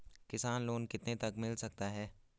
किसान लोंन कितने तक मिल सकता है?